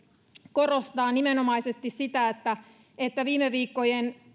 korostaa nimenomaisesti sitä että että viime viikkojen